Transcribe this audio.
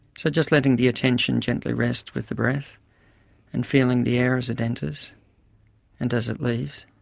so just letting the attention gently rest with the breath and feeling the air as it enters and as it leaves